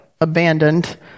abandoned